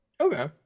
Okay